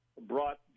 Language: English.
brought